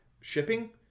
shipping